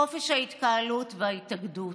חופש ההתקהלות וההתאגדות.